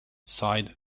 sighed